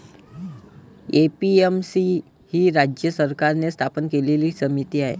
APMC ही राज्य सरकारने स्थापन केलेली समिती आहे